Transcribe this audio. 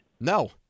No